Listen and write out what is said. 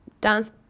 Dance